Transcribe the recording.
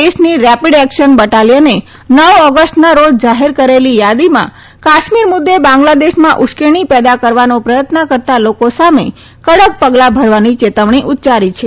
દેશની રેપીડએક્સન બટાલીયને નવ ઓગસ્ટના રોજ જાહેર કરેલી યાદીમાં કાશ્મીર મુદ્દે બાંગ્લાદેશમાં ઉશ્કેરણી પેદા કરવાનો પ્રયત્ન કરતા લોકો સામે કડક પગલાં ભરવાની ચેતવણી ઉચ્યારી છે